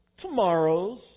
tomorrows